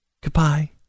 goodbye